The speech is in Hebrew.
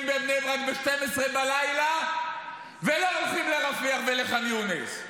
בבני ברק ב-24:00 ולא הולכים לרפיח ולחאן יונס.